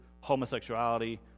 homosexuality